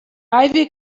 ivy